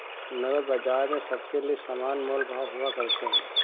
नकद बाजार में सबके लिये समान मोल भाव हुआ करते हैं